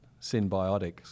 symbiotics